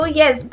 yes